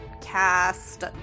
cast